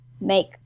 make